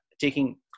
taking